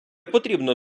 потрібно